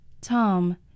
Tom